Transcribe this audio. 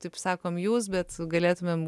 taip sakom jūs bet galėtumėm